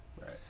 Right